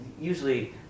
usually